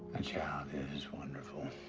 a child is wonderful.